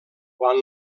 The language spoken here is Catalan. quan